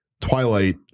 Twilight